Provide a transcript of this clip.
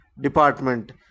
department